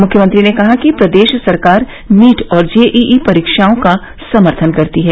मुख्यमंत्री ने कहा कि प्रदेश सरकार नीट और जेईई परीक्षाओं का समर्थन करती है